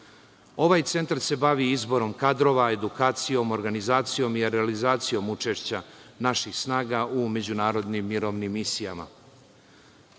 Ovaj centar se bavi izborom kadrova, edukacijom, organizacijom i realizacijom učešća naših snaga u međunarodnim mirovnim misijama.